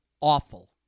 Awful